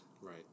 Right